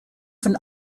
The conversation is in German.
von